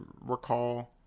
recall